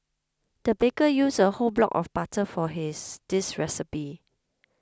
the baker used a whole block of butter for this recipe